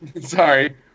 Sorry